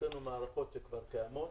והוצאנו מערכות שכבר קיימות,